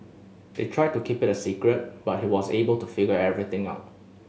they tried to keep it a secret but he was able to figure everything out